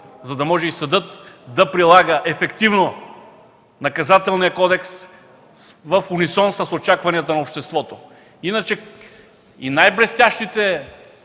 за да може съдът да прилага ефективно Наказателния кодекс в унисон с очакванията на обществото. Иначе и най-блестящите